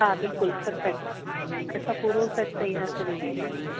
हा बिल्कुलु परफैक्ट असां पूरो सेट तयार करे ॾींदा आहियूं